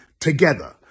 together